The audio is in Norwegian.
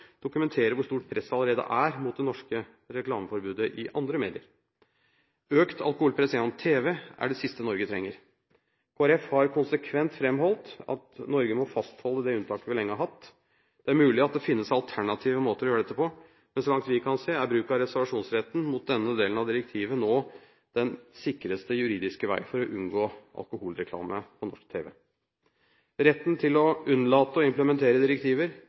hvor stort presset allerede er mot det norske reklameforbudet i andre medier. Økt alkoholpress gjennom tv er det siste Norge trenger. Kristelig Folkeparti har konsekvent framholdt at Norge må fastholde det unntaket vi lenge har hatt. Det er mulig at det finnes alternative måter å gjøre dette på, men så langt vi kan se, er bruk av reservasjonsretten mot denne delen av direktivet nå den sikreste juridiske vei for å unngå alkoholreklame på norsk tv. Retten til å unnlate å implementere direktiver